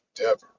endeavor